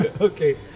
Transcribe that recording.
okay